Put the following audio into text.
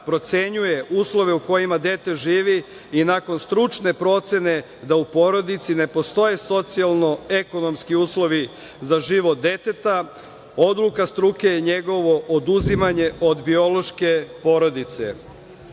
procenjuje uslove u kojima dete živi i nakon stručne procene da u porodici ne postoje socijalno-ekonomski uslovi za život deteta, odluka struka je njegovo oduzimanje od biološke porodice.